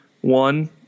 one